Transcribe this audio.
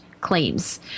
claims